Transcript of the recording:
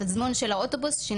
התזמון של האוטובוס לא עוזר,